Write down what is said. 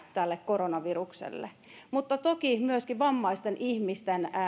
koronavirukselle mutta toki myöskin vammaisten ihmisten